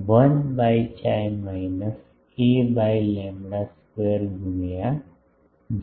1 by chi minus a by lambda square ગુણ્યાં